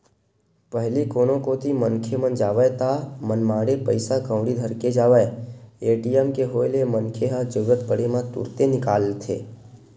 पहिली कोनो कोती मनखे मन जावय ता मनमाड़े पइसा कउड़ी धर के जावय ए.टी.एम के होय ले मनखे ह जरुरत पड़े म तुरते निकाल लेथे